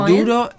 Duro